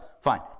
fine